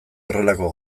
horrelako